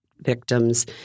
victims